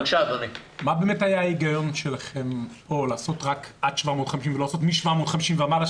מה היה ההיגיון שלכם לעשות עד 750 ולא לעשות מ-750 ומעלה,